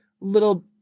little